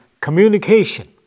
communication